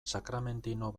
sakramentino